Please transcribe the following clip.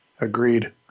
Agreed